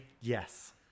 Yes